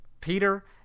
Peter